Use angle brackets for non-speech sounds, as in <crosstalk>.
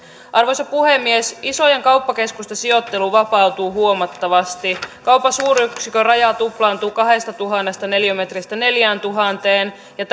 arvoisa puhemies isojen kauppakeskusten sijoittelu vapautuu huomattavasti kaupan suuryksikön raja tuplaantuu kahdestatuhannesta neliömetristä neljääntuhanteen ja <unintelligible>